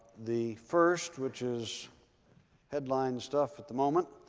the first, which is headline stuff at the moment